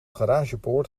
garagepoort